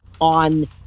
on